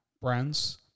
brands